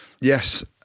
Yes